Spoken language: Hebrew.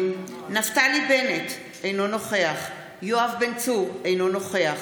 נפתלי בנט, בעד יואב בן צור, אינו נוכח